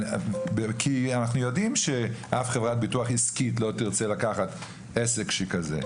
אנחנו יודעים שאף חברת ביטוח עסקית לא תרצה לקחת עסק שכזה.